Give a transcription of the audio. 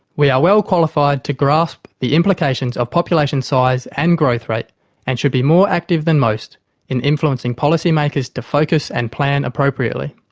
we are well qualified to grasp the implications of population size and growth rate and should be more active than most in influencing policy makers to focus and plan appropriately.